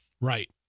Right